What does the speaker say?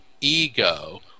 ego